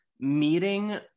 meeting